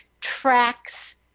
tracks